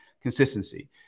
consistency